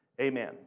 amen